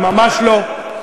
ממש לא.